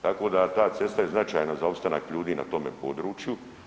Tako da ta cesta je značajan za opstanak ljudi na tome području.